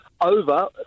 over